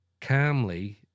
calmly